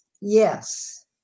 yes